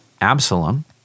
Absalom